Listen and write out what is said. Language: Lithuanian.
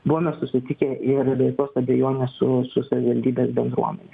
buvome susitikę ir be jokios abejonės su su savivaldybės bendruomene